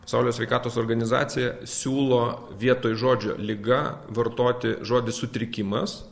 pasaulio sveikatos organizacija siūlo vietoj žodžio liga vartoti žodį sutrikimas